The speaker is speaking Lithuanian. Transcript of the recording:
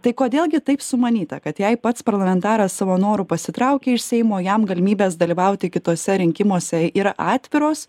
tai kodėl gi taip sumanyta kad jei pats parlamentaras savo noru pasitraukė iš seimo jam galimybės dalyvauti kituose rinkimuose yra atviros